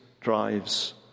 drives